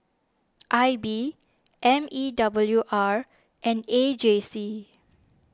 I B M E W R and A J C